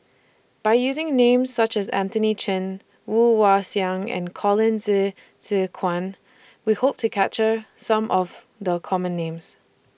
By using Names such as Anthony Chen Woon Wah Siang and Colin Zhe Zhe Quan We Hope to capture Some of The Common Names